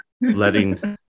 letting